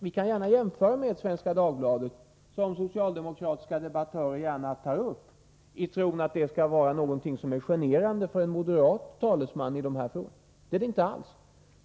Vi kan gärna jämföra med Svenska Dagbladet, som socialdemokratiska debattörer så gärna tar upp i tron att det är generande för en moderat talesman i denna fråga. Det är det inte alls.